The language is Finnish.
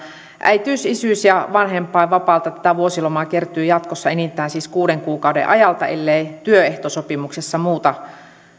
äitiys isyys ja vanhempainvapaata tätä vuosilomaa kertyy jatkossa siis enintään kuuden kuukauden ajalta ellei työehtosopimuksessa muuta